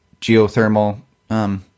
geothermal